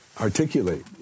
articulate